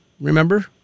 remember